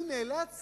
אני נאלץ